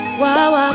wow